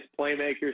playmakers